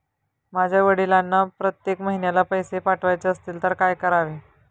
माझ्या वडिलांना प्रत्येक महिन्याला पैसे पाठवायचे असतील तर काय करावे?